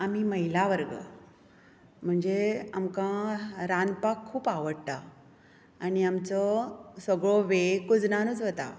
आमी महिला वर्ग म्हणजे आमकां रांदपाक खूब आवडटा आनी आमचो सगळो वेळ कुजनांतूच वता